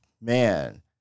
man